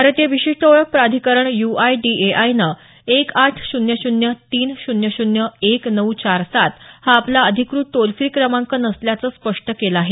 भारतीय विशिष्ट ओळख प्राधिकरण यु आय डी ए आयनं एक आठ शून्य शून्य तीन शून्य शून्य एक नऊ चार सात हा आपला अधिकृत टोल फ्री क्रमांक नसल्याचं स्पष्ट केलं आहे